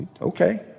okay